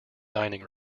dining